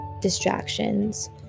distractions